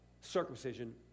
circumcision